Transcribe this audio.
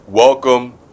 Welcome